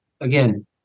again